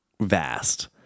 vast